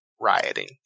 rioting